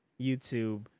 YouTube